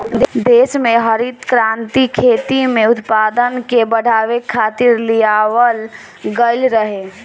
देस में हरित क्रांति खेती में उत्पादन के बढ़ावे खातिर लियावल गईल रहे